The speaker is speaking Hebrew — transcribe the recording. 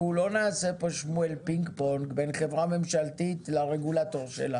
לא נעשה פה פינג-פונג בין חברה ממשלתית לרגולטור שלה.